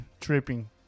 tripping